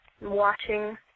watching